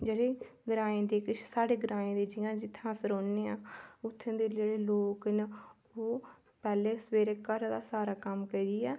जेह्ड़े ग्राएं दे किश साढ़े ग्राएं दे जि'यां जित्थै अस रौह्ने आं उत्थै जेह्ड़े लोक न ओह् पैह्ले सबेरे दा सारा कम्म करियै